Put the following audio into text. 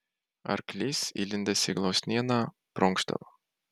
arklys įlindęs į gluosnyną prunkštavo